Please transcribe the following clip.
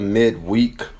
midweek